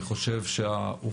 אני פותח את הישיבה,